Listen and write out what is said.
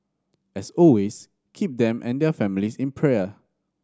as always keep them and their families in prayer